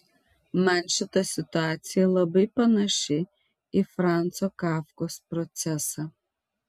man šita situacija labai panaši į franco kafkos procesą